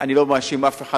אני לא מאשים אף אחד,